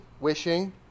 wishing